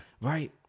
Right